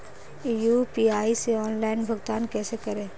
UPI से online भुगतान कैसे करें?